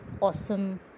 awesome